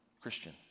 Christian